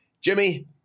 Jimmy